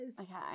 Okay